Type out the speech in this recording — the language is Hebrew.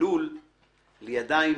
הלול לידיים